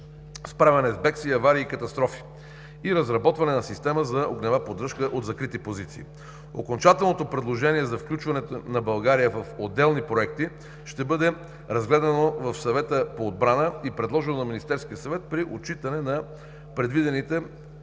справяне с бедствия, аварии и катастрофи“ и „Разработване на система за огнева поддръжка от закрити позиции“. Окончателното предложение за включването на България в отделни проекти ще бъде разгледано в Съвета по отбрана и предложено на Министерския съвет при отчитане на предвидените